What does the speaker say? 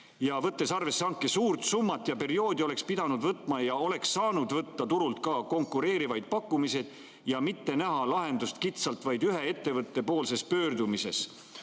Võttes arvesse hanke suurt summat ja perioodi, oleks pidanud võtma ja oleks saanud võtta turult ka konkureerivaid pakkumisi ja mitte näha lahendust kitsalt vaid ühe ettevõtte pöördumises,